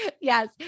Yes